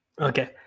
Okay